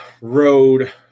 road